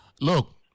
Look